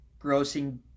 grossing